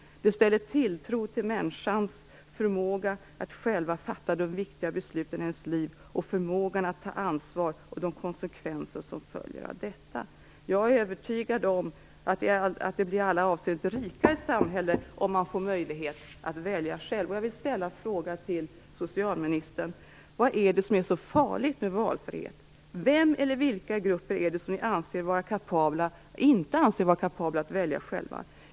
Det innebär tilltro till människans förmåga att själv fatta de viktiga besluten i sitt liv och till förmågan att ta ansvar för de konsekvenser som följer av dessa. Jag är övertygad om att det i alla avseenden blir ett rikare samhälle om man får möjlighet att välja själv.